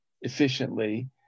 efficiently